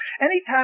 anytime